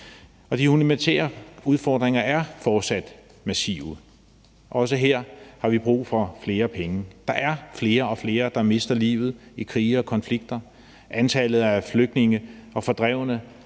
De humanitære udfordringer er fortsat massive. Også her har vi brug for flere penge. Der er flere og flere, der mister livet i krige og konflikter; antallet af flygtninge og fordrevne